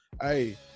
Hey